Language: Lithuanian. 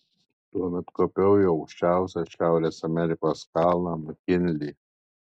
tuomet kopiau į aukščiausią šiaurės amerikos kalną makinlį